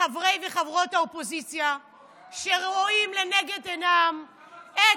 לחברי וחברות האופוזיציה שרואים לנגד עיניהם את,